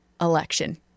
election